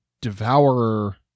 devourer